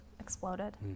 Exploded